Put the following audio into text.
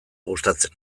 gustatzen